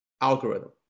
algorithm